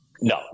No